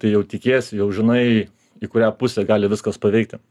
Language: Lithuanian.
tai jau tikiesi jau žinai į kurią pusę gali viskas paveikti